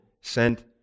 sent